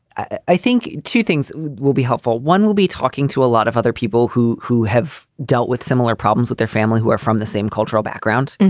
i think two things will be helpful. one will be talking to a lot of other people who who have dealt with similar problems with their family, who are from the same cultural backgrounds.